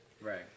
Right